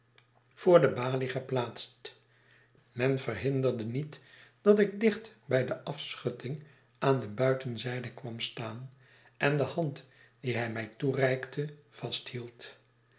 voor de balie geplaatst men verhinderde niet dat ik dicht bij de afschutting aan de buitenzijde kwam staan en de hand die hij mij toereikte vasthield